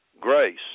grace